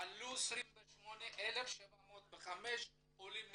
עלו 28,705 עולים מצרפת.